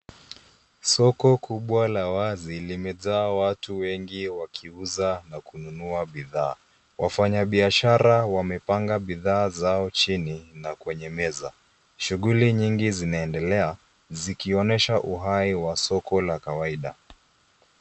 Soko kubwa la wazi limejaa watu wengi wakiuza na kununua bidhaa. Wafanyabiashara wamepanga bidhaa zao chini na kwenye meza. Shughuli nyingi zinaendelea, zikionesha uhai wa soko la kawaida.